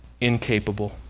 Incapable